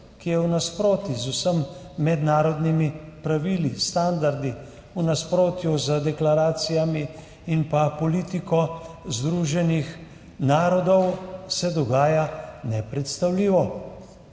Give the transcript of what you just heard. ki je v nasprotju z vsemi mednarodnimi pravili, standardi, v nasprotju z deklaracijami in politiko Združenih narodov, dogaja se nepredstavljivo.